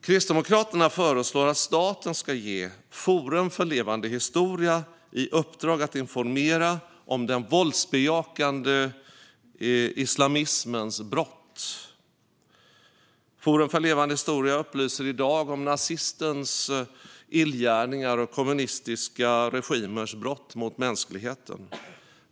Kristdemokraterna föreslår att staten ska ge Forum för levande historia i uppdrag att informera om den våldsbejakande islamismens brott. Forum för levande historia upplyser i dag om nazismens illgärningar och kommunistiska regimers brott mot mänskligheten.